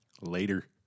later